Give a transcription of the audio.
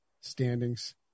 standings